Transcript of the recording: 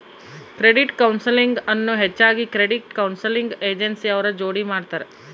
credit counselling ಅನ್ನು ಹೆಚ್ಚಾಗಿ credit counselling agency ಅವ್ರ ಜೋಡಿ ಮಾಡ್ತರ